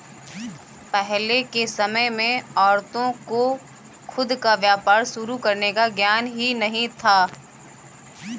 पहले के समय में औरतों को खुद का व्यापार शुरू करने का ज्ञान ही नहीं था